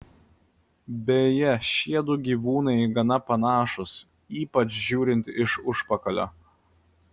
beje šiedu gyvūnai gana panašūs ypač žiūrint iš užpakalio